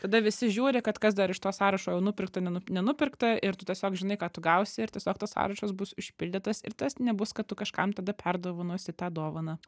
tada visi žiūri kad kas dar iš to sąrašo jau nupirkta nenupirkta ir tu tiesiog žinai ką tu gausi ir tiesiog taso sąrašas bus išpildytas ir tas nebus kad tu kažkam tada perdovanosi tą dovaną